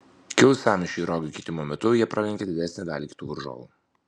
kilus sąmyšiui rogių keitimo metu jie pralenkė didesnę dalį kitų varžovų